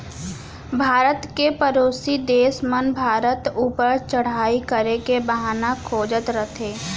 भारत के परोसी देस मन भारत ऊपर चढ़ाई करे के बहाना खोजत रथें